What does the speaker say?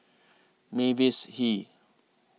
Mavis Hee